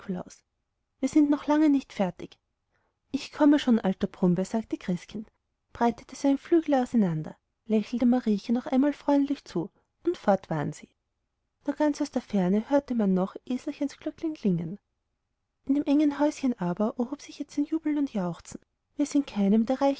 nikolaus wir sind noch lange nicht fertig ich komme schon alter brummbär sagte christkind breitete seine flügel auseinander lächelte mariechen noch einmal freundlich zu und fort waren sie nur ganz aus der ferne hörte man noch eselchens glöcklein erklingen in dem engen häuschen aber erhob sich jetzt ein jubeln und jauchzen wie es in keinem der